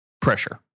pressure